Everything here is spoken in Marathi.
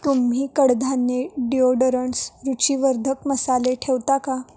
तुम्ही कडधान्ये डिओडरंट्स रुचीवर्धक मसाले ठेवता का